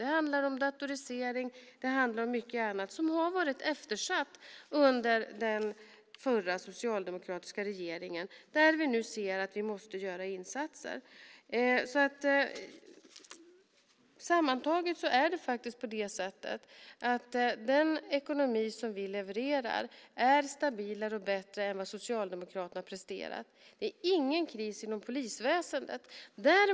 Det handlar om datorisering och mycket annat som har varit eftersatt under den förra socialdemokratiska regeringen och där vi nu ser att vi måste göra insatser. Sammantaget är den ekonomi som vi levererar stabilare och bättre än den som Socialdemokraterna presterat. Det är ingen kris inom polisväsendet.